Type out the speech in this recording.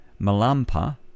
Malampa